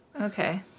Okay